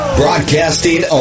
broadcasting